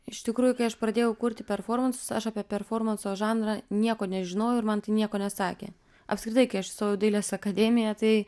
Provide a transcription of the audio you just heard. iš tikrųjų kai aš pradėjau kurti performansus aš apie performanso žanrą nieko nežinojau ir man tai nieko nesakė apskritai kai aš įstojau į dailės akademiją tai